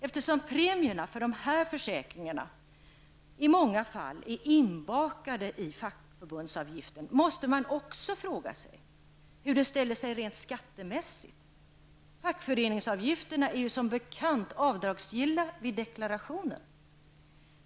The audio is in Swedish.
Eftersom premierna för de här försäkringarna i många fall är inbakade i fackföreningsavgiften, måste man också fråga sig hur detta ställer sig rent skattemässigt. Fackföreningsavgifterna är som bekant avdragsgilla vid deklarationen.